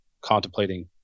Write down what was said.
contemplating